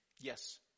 Yes